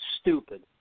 stupid